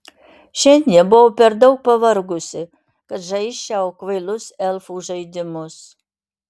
šiandien buvau per daug pavargusi kad žaisčiau kvailus elfų žaidimus